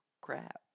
crap